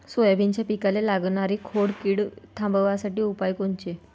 सोयाबीनच्या पिकाले लागनारी खोड किड थांबवासाठी उपाय कोनचे?